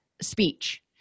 speech